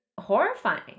horrifying